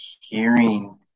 hearing